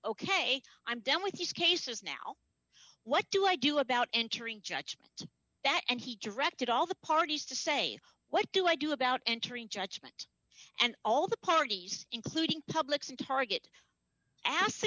ok i'm done with these cases now what do i do about entering judgement that and he directed all the parties to say what do i do about entering judgment and all the parties including publics and target ask